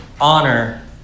honor